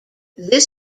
this